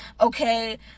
Okay